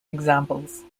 examples